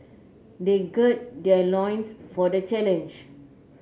they gird their loins for the challenge